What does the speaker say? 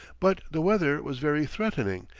but the weather was very threatening,